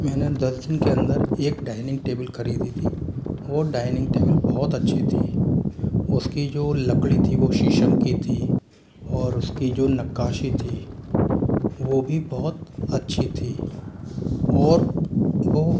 मेने दस दिन के अंदर एक डाइनिंग टेबल खरीदी थी और डाइनिंग टेबल बहुत अच्छी थी उसकी जो लकड़ी थी वो शीशम की थी और उसकी जो नक्काशी थी वह भी बहुत अच्छी थी और वह